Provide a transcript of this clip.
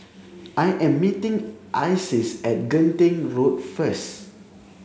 I am meeting Isis at Genting Road first